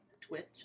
twitch